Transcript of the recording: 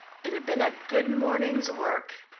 it had been a good morning's work.